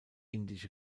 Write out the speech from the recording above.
indische